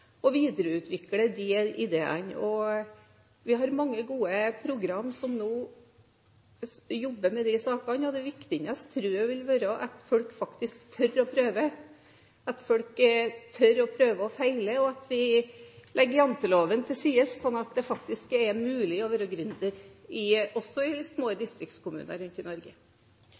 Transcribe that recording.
har mange gode programmer som nå jobber med disse sakene. Det viktigste tror jeg vil være at folk faktisk tør å prøve – at folk tør å prøve og feile – og at vi legger janteloven til side, sånn at det faktisk er mulig å være gründer også i små distriktskommuner rundt i Norge.